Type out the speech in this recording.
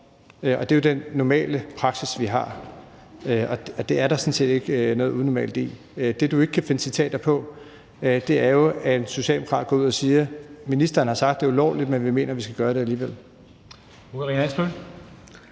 om. Det er den normale praksis, vi har, og det er der sådan set ikke noget unormalt i. Det, du ikke kan finde citater på, er jo, at en socialdemokrat går ud og siger: Ministeren har sagt, det er ulovligt, men vi mener, at vi skal gøre det alligevel.